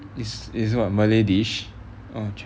is is what a malay dish